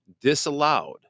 disallowed